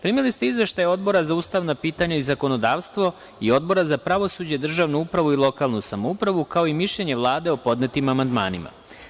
Primili ste izveštaje Odbora za ustavna pitanja i zakonodavstvo i Odbora za pravosuđe, državnu upravu i lokalnu samoupravu, kao i mišljenje Vlade o podnetim amandmanima.